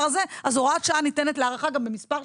הזה אז הוראת שעה ניתנת להארכה גם למספר שנים.